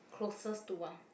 closest to one